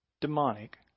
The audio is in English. Demonic